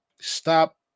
stop